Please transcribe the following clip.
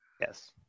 Yes